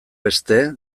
beste